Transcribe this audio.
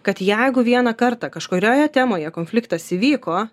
kad jeigu vieną kartą kažkurioje temoje konfliktas įvyko